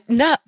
no